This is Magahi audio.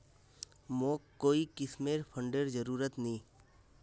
मोक कोई किस्मेर फंडेर जरूरत नी